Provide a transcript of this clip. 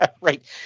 Right